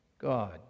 God